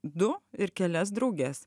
du ir kelias drauges